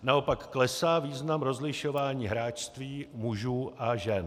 Naopak klesá význam rozlišování hráčství mužů a žen.